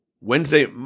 Wednesday